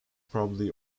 probably